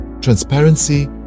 Transparency